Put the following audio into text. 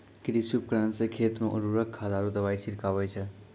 कृषि उपकरण सें खेत मे उर्वरक खाद आरु दवाई छिड़कावै छै